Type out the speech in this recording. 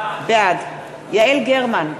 בעד יעל גרמן,